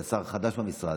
שר חדש במשרד.